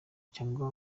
cyangwa